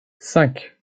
cinq